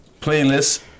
Playlist